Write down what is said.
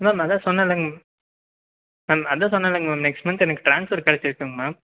ma'am அதான் சொன்னல்லைங்க ma'am ma'am அதான் சொன்னல்லைங்க மேம் நெக்ஸ்ட் மந்த் எனக்கு ட்ரான்ஸ்ஃபர் கிடச்சிருக்குங்க மேம்